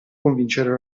convincere